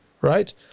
Right